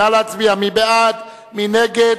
אחד בעד, 43 נגד,